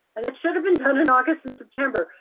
and that should have been done in august and september.